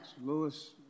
Lewis